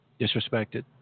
disrespected